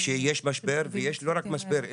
יש משבר ויש לא רק משבר,